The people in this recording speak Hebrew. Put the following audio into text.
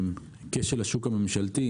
כשל השוק הממשלתי,